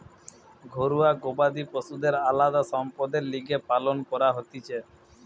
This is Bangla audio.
ঘরুয়া গবাদি পশুদের আলদা সম্পদের লিগে পালন করা হতিছে